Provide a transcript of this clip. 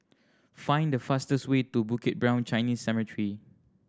find the fastest way to Bukit Brown Chinese Cemetery